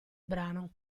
brano